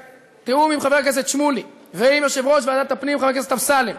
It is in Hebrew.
בתיאום עם חבר הכנסת שמולי ועם יושב-ראש ועדת הפנים חבר הכנסת אמסלם,